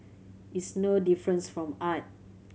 it's no difference from art